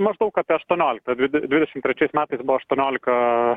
maždaug apie aštuoniolika dvidešim trečiais metais buvo aštuoniolika